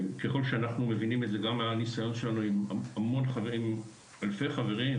ככל שאנחנו מבינים את זה גם מהניסיון שלנו עם אלפי חברים,